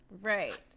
Right